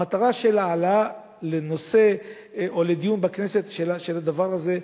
המטרה של ההעלאה לנושא או לדיון בכנסת של הדבר הזה,